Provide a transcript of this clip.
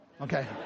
Okay